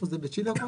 בצ'ילה?